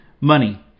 Money